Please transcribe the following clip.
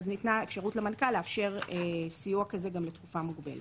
אז ניתנה אפשרות למנכ"ל לאפשר סיוע כזה גם לתקופה מוגבלת.